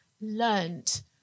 learned